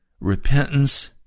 repentance